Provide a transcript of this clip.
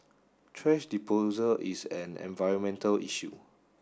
trash disposal is an environmental issue